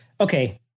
okay